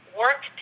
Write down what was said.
work